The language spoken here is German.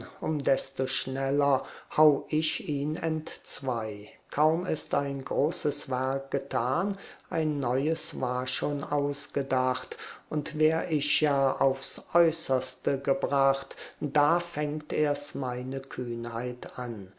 um desto schneller hau ich ihn entzwei kaum ist ein großes werk getan ein neues war schon ausgedacht und wär ich ja aufs äußerste gebracht da fängt erst meine kühnheit an